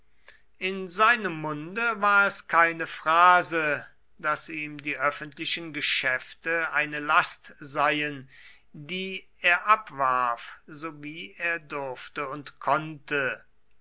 in seinem munde war es keine phrase daß ihm die öffentlichen geschäfte eine last seien die er abwarf so wie er durfte und konnte